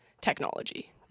technology